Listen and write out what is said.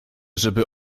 żeby